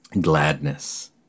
gladness